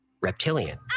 reptilian